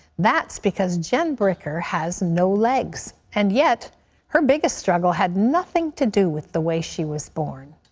that's because jen bricker has no legs. and yet her biggest struggle had nothing to do with the way she was born.